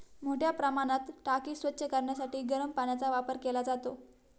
मोठ्या प्रमाणात टाकी स्वच्छ करण्यासाठी गरम पाण्याचा वापर केला जातो